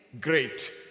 great